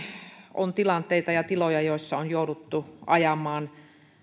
on tilanteita ja tiloja joissa on jouduttu ajamaan